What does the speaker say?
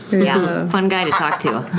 yeah, fun guy to